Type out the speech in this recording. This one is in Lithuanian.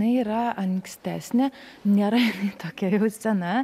tai yra ankstesnė nėra tokia sena